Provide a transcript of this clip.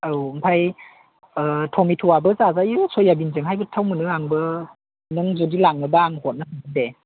औ ओमफ्राय टमेट'आबो जाजायो सयाबिनजोंहाय गोथाव मोनो आंबो नों जुदि लाङोब्ला आं हरनो हागोन दे